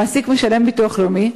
המעסיק משלם ביטוח לאומי,